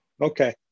Okay